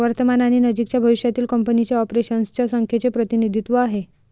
वर्तमान आणि नजीकच्या भविष्यातील कंपनीच्या ऑपरेशन्स च्या संख्येचे प्रतिनिधित्व आहे